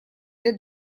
для